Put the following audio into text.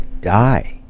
die